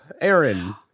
Aaron